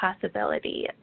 possibility